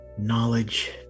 Knowledge